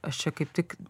aš čia kaip tik